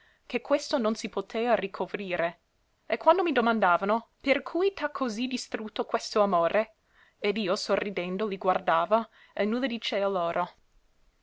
che questo non si potea ricovrire e quando mi domandavano per cui t'ha così distrutto questo amore ed io sorridendo li guardava e nulla dicea loro